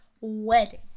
wedding